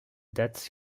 date